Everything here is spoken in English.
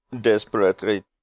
desperately